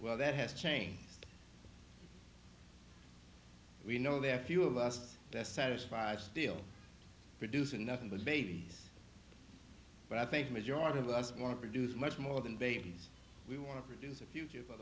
well that has changed we know there are few of us satisfied still producing nothing but babies but i think the majority of us want to produce much more than babies we want to produce a f